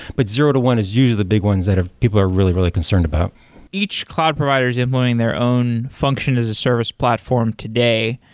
but zero to one is use the big ones that people are really, really concerned about each cloud provider is employing their own function as a service platform today.